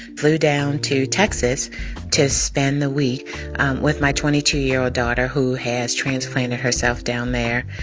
flew down to texas to spend the week with my twenty two year old daughter, who has transplanted herself down there.